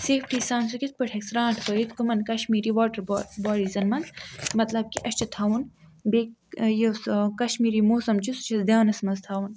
safety سان سُہ کِتھٕ پٲٹھۍ ہیٚکہِ سرٛانٛٹھ وٲیِتھ کٔمَن کَشمیٖری واٹَر باڈ باڈیٖزَن مَنٛز مَطلَب کہِ اَسہِ چھُ تھاوُن بیٚیہِ یُس کشمیٖری موسَم چھُ سُہ چھُ دھیانَس مَنٛز تھاوُن